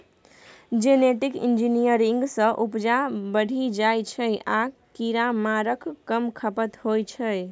genetic engineering सँ उपजा बढ़ि जाइ छै आ कीरामारक कम खपत होइ छै